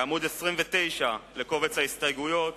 בעמוד 29 לקובץ ההסתייגויות: